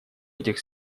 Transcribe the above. этих